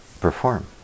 perform